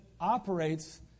operates